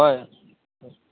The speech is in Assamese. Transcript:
হয়